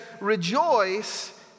Rejoice